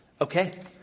okay